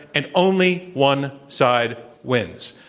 and only one side wins.